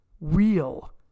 real